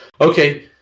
okay